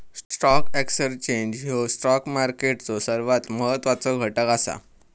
stock exchange ह्यो stock मार्केटचो सर्वात महत्वाचो घटक असा